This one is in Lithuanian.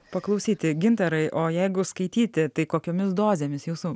paklausyti gintarai o jeigu skaityti tai kokiomis dozėmis jūsų